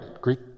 Greek